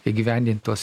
įgyvendinti tuos